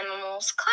animals